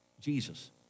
Jesus